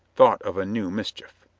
thought of a new mis chief.